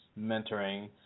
mentoring